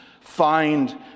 find